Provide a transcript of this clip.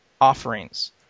offerings